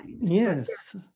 yes